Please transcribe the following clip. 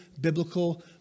biblical